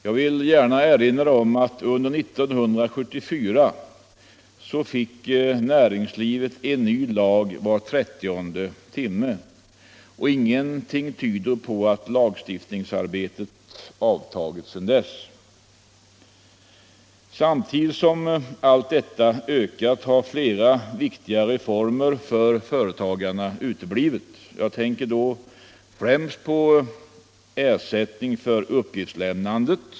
Jag vill erinra om att näringslivet under 1974 fick en ny lag var trettionde timme, och ingenting tyder på att lagstiftningsarbetet avtagit sedan dess. Samtidigt som allt detta ökat har flera viktiga reformer för företagarna uteblivit. Jag tänker då främst på ersättning för uppgiftslämnandet.